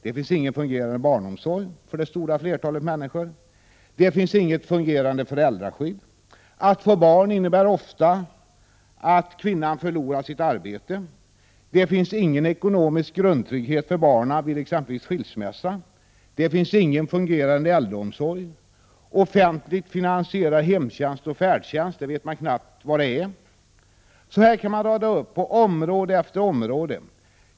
Där finns ingen fungerande barnomsorg för det stora flertalet människor. Det finns inget fungerande föräldraskydd. Att få barn innebär ofta att kvinnan förlorar sitt arbete. Det finns ingen ekonomisk grundtrygghet för barnen vid exempelvis skilsmässa. Det finns ingen fungerande äldreomsorg. Man vet knappast vad offentligt finansierad hemtjänst och färdtjänst är. Så här kan man rada upp område efter område.